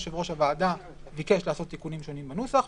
יושב-ראש הוועדה ביקש לעשות תיקונים שונים בנוסח,